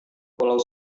pulau